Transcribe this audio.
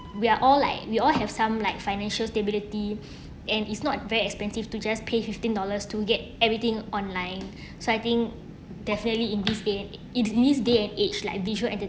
we're all like we all have some like financial stability and it's not very expensive to just pay fifteen dollars to get everything online so I think definitely in this day in in this day and age like visual entertainment